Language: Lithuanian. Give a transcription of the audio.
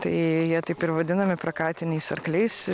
tai jie taip ir vadinami prakatiniais arkliais